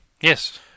Yes